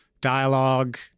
dialogue